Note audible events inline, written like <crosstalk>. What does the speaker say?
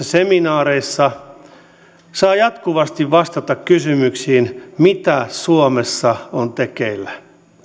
<unintelligible> seminaareissa saa jatkuvasti vastata kysymyksiin mitä suomessa on tekeillä